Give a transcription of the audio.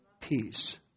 Peace